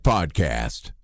Podcast